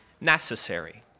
necessary